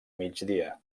migdia